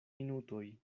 minutoj